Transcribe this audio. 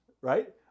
right